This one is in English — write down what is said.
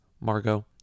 Margot